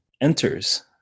enters